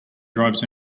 drives